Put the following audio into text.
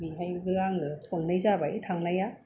बेहायबो आङो खननै जाबाय थांनाया